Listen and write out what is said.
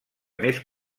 més